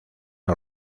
los